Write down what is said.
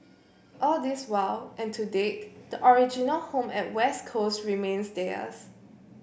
all this while and to date the original home at West Coast remains theirs